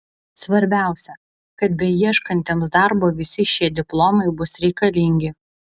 svarbiausia kad beieškantiems darbo visi šie diplomai bus reikalingi